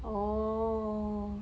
oh